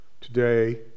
today